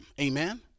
amen